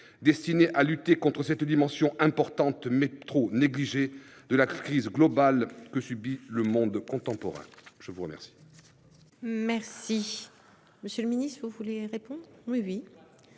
destinées à lutter contre cette dimension importante, mais trop négligée, de la crise globale que subit le monde contemporain. La parole